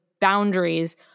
boundaries